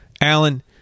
Alan